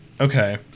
Okay